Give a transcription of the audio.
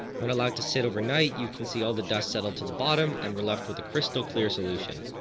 when allowed to sit overnight you can see all the dust settled to the bottom and were left with a crystal clear solution.